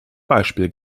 beispiel